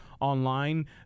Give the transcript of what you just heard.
online